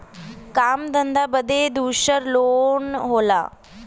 काम धंधा बदे दूसर लोन होला